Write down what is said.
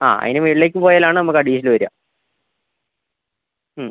ആ അതിന് മുകളിലേക്ക് പോയാലാണ് നമുക്ക് അഡീഷണൽ വരുക മ്